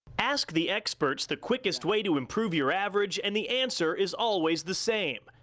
ask the experts, the quickest way to improve your average and the answer is always the same,